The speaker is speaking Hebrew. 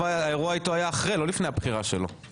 האירוע עם קצב היה אחרי ולא לפני הבחירה שלו.